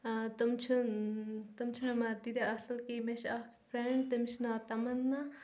تِم چھِنہٕ تِم چھِنہٕ مَگر تیٖتیٛاہ اَصٕل کیٚنٛہہ مےٚ چھِ اَکھ فرٛٮ۪نٛڈ تٔمِس چھِ ناو تَمنا